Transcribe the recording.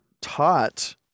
taught